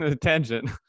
Tangent